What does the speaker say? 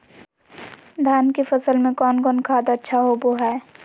धान की फ़सल में कौन कौन खाद अच्छा होबो हाय?